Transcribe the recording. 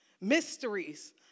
mysteries